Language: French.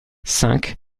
cinq